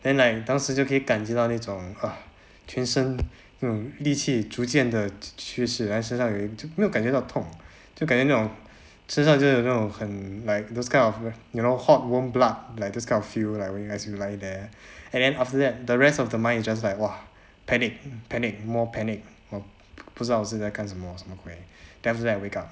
then like 当时就可以感觉到那种 全身 力气没有感觉得到痛就感觉那种身上就那种 like those kind of you know hot warm blood like those kind of feel when like as you lie there and then after that the rest of the mind is just like !wah! panic panic more panic 我不知道自己在干什么什么鬼 then after that I wake up